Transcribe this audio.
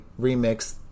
remix